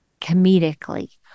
comedically